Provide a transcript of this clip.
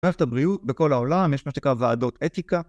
אוהב את הבריאות בכל העולם, יש מסתיקה ועדות אתיקה.